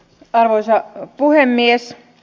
arvoisa puhemies